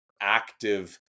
active